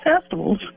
festivals